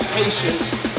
patience